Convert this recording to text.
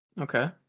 Okay